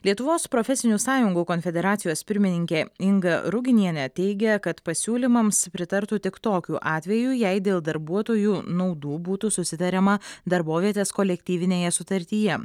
lietuvos profesinių sąjungų konfederacijos pirmininkė inga ruginienė teigia kad pasiūlymams pritartų tik tokiu atveju jei dėl darbuotojų naudų būtų susitariama darbovietės kolektyvinėje sutartyje